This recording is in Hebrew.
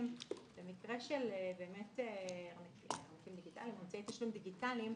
במקרה של אמצעי תשלום דיגיטליים,